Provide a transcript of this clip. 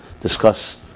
discuss